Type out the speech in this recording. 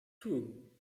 two